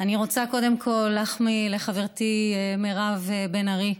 אני רוצה קודם כול להחמיא לחברתי מירב בן ארי: